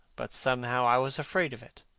but somehow i was afraid of it,